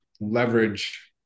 leverage